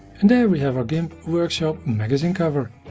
and there we have our gimp workshop magazine cover.